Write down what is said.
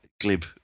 glib